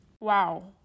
Wow